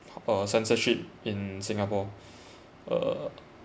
uh censorship in singapore uh